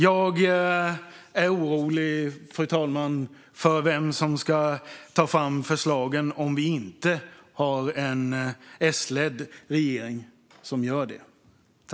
Jag är orolig, fru talman, över vem som ska ta fram förslagen om vi inte har en socialdemokratiskt ledd regering som gör det.